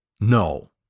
No